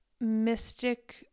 mystic